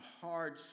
hard